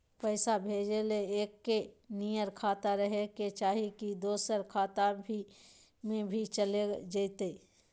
पैसा भेजे ले एके नियर खाता रहे के चाही की दोसर खाता में भी चलेगा जयते?